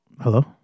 hello